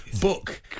book